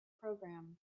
program